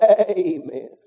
amen